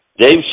Dave